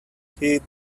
heed